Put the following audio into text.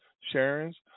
Sharon's